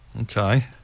Okay